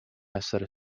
essere